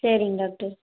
சரிங்க டாக்டர்